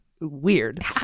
weird